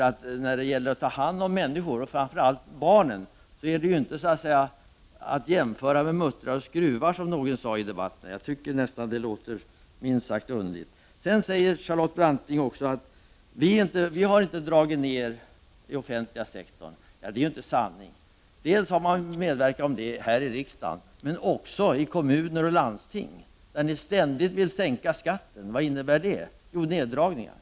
Att ta hand om människor, framför allt barn, är inte att jämföra med muttrar och skruvar. Det låter minst sagt underligt. Charlotte Branting sade också att folkpartiet inte har gjort några neddragningar i den offentliga sektorn. Det är inte sant! Folkpartiet har medverkat till detta dels här i kammaren, dels i kommuner och landsting, där ni ständigt vill sänka skatten. Vad innebär det? Jo, neddragningar.